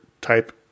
type